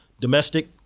Domestic